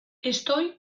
estoy